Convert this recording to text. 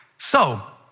so,